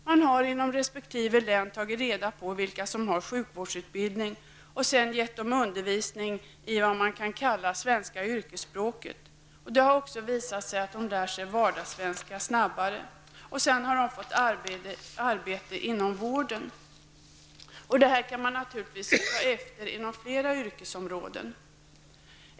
Man har inom resp. län tagit reda på vilka som har sjukvårdsutbildning och sedan givit dessa undervisning i vad man kan kalla svenska yrkesspråket. Det har också visat sig att de som deltar i denna utbildning lärt sig även vardagssvenska snabbare. Sedan har de fått arbete inom vården. Det här kan man naturligtvis ta efter inom flera yrkesområden.